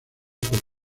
por